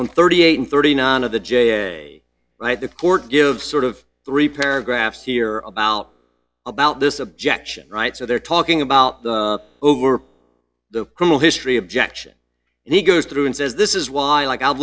and thirty eight and thirty nine of the j the court give sort of three paragraphs here about about this objection right so they're talking about the over the criminal history objection and he goes through and says this is why like i